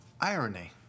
Irony